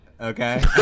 Okay